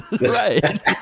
Right